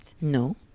No